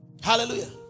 hallelujah